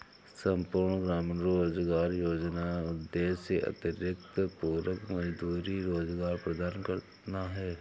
संपूर्ण ग्रामीण रोजगार योजना का उद्देश्य अतिरिक्त पूरक मजदूरी रोजगार प्रदान करना है